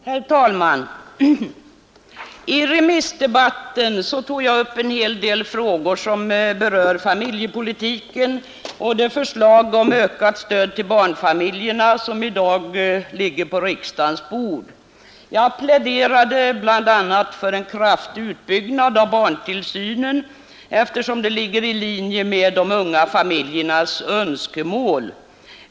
Herr talman! I remissdebatten tog jag upp en hel del frågor som berör familjepolitiken och det förslag om ökat stöd till barnfamiljerna som i dag ligger på riksdagens bord. Jag pläderade bl.a. för en kraftig utbyggnad av barntillsynen, eftersom det ligger i linje med de unga familjernas önskemål.